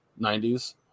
90s